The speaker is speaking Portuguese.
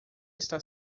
está